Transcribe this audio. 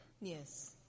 Yes